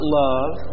love